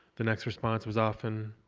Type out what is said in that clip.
the next response was often,